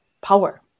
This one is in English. power